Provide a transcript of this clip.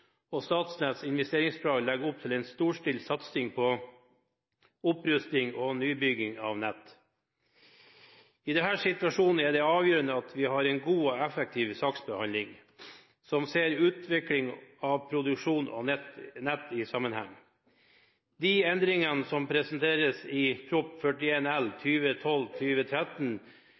og Statnetts investeringsplan legger opp til en storstilt satsing på opprusting og nybygging av nett. I denne situasjonen er det avgjørende at vi har en god og effektiv saksbehandling som ser utvikling av produksjon og nett i sammenheng. De endringene som presenteres i Prop. 41 L